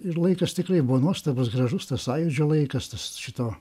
ir laikas tikrai buvo nuostabus gražus tas sąjūdžio laikas tas šito